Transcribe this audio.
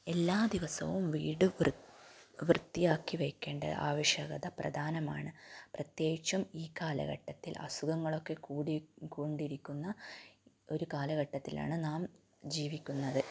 എല്ലാ ദിവസവും വീട് വൃത് വൃത്തിയാക്കി വെയ്ക്കേണ്ട ആവശ്യകത പ്രധാനമാണ് പ്രത്യേകിച്ചും ഈ കാലഘട്ടത്തിൽ അസുഖങ്ങളൊക്കെ കൂടിക്കൊണ്ടിരിക്കുന്ന ഒരു കാലഘട്ടത്തിലാണ് നാം ജീവിക്കുന്നത്